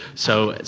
so,